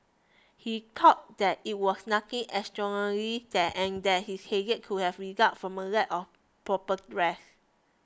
he thought that it was nothing extraordinary that and that his headache could have result from a lack of proper rest